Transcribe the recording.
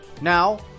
Now